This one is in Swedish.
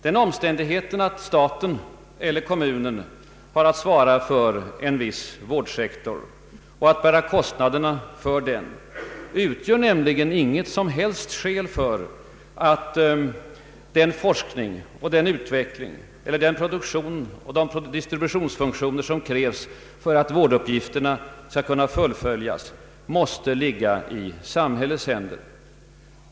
Den omständigheten att staten eller kommunen har att svara för en viss vårdsektor och att bära kostnaderna därför utgör nämligen inget som helst skäl för att den forskning och den utveckling eller de produktionsoch distributionsfunktioner som krävs för att vårduppgifterna skall kunna fullföljas måste ligga i samhällets händer.